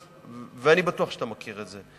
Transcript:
ואני בטוח שאתה מכיר את זה: